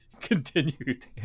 continued